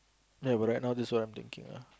ya but right now this is what I'm thinking lah